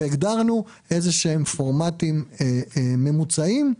והגדרנו פורמטים ממוצעים.